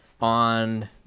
on